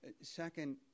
Second